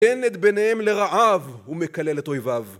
תן את בניהם לרעב ומקלל את אויביו.